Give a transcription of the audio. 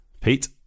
Pete